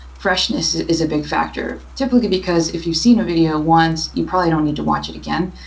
freshness is a big factor, typically because if you've seen a video once, you probably don't need to watch it again.